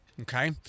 Okay